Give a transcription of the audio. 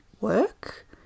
work